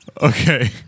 Okay